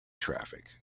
traffic